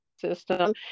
system